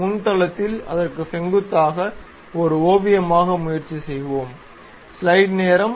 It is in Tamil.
முன் தளத்தில் அதற்கு செங்குத்தாக ஒரு ஓவியமாக முயற்சி செய்வோம்